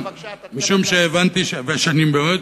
משום שהבנתי שבאמת,